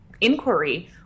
inquiry